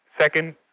second